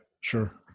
sure